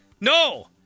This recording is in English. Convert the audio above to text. No